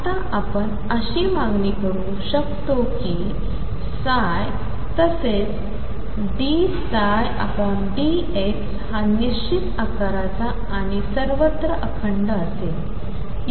आता आपण अशी मागणी करू शकतो कि ψ तसेच dψdx हा निश्चित आकाराचा आणि सर्वत्र अखंड असेल